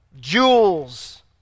jewels